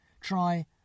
try